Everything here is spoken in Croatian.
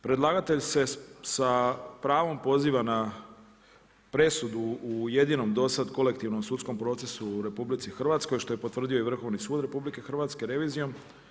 Predlagatelj se sa pravom poziva na presudu u jedinom do sada kolektivnom sudskom procesu u RH, što je potvrdio i Vrhovni sud RH revizijom.